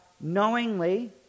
knowingly